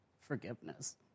forgiveness